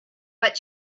but